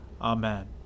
Amen